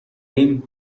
ایم